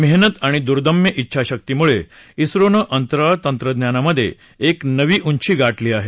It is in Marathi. मेहनत आणि दुर्दम्य इच्छाशक्ती मुळे इसरोनं अंतराळ तंत्रज्ञानामध्ये एक नवी उंची गाठली आहे